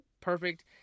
perfect